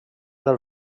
del